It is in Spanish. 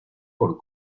por